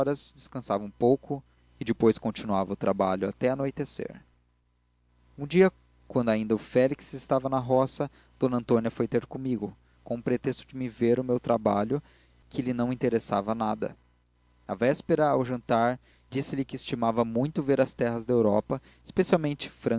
horas descansava um pouco e depois continuava o trabalho até anoitecer um dia quando ainda o félix estava na roga d antônia foi ter comigo com o pretexto de ver o meu trabalho que lhe não interessava nada na véspera ao jantar disse-lhe que estimava muito ver as terras da europa especialmente